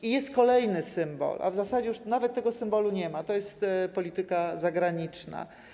I jest kolejny symbol, a w zasadzie już nawet tego symbolu nie ma, to polityka zagraniczna.